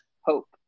hope